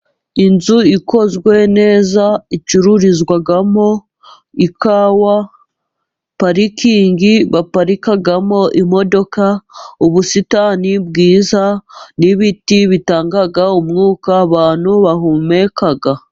Inzu ikozwe neza icururizwamo ikawa. Parikingi baparikamo imodoka ,ubusitani bwiza n'ibiti bitanga umwuka abantu bahumeka.